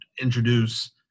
introduce